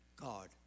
God